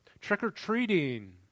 Trick-or-treating